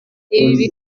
ibi